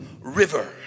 river